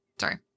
Sorry